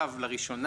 בטח.